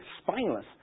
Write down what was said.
spineless